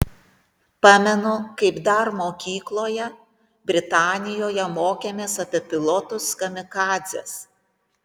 pamenu kaip dar mokykloje britanijoje mokėmės apie pilotus kamikadzes